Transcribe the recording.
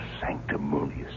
sanctimonious